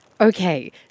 Okay